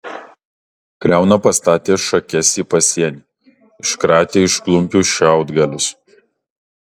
kriauna pastatė šakes į pasienį iškratė iš klumpių šiaudgalius